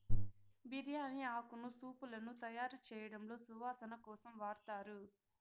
బిర్యాని ఆకును సూపులను తయారుచేయడంలో సువాసన కోసం వాడతారు